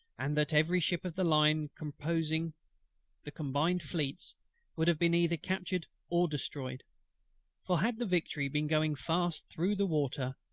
and that every ship of the line composing the combined fleets would have been either captured or destroyed for had the victory been going fast through the water,